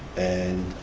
and